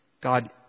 God